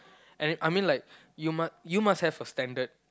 and I mean like you must you must have a standard